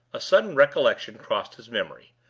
a sudden recollection crossed his memory,